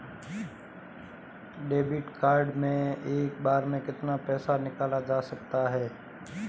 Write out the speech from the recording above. Debit card से एक बार में कितना पैसा निकाला जा सकता है?